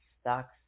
stocks